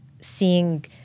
seeing